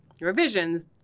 revisions